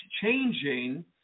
changing